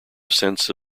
sense